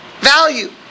value